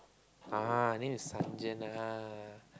ah her name is